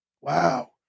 Wow